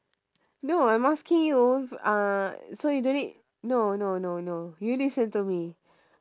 no I'm asking you uh so you don't need no no no you listen to me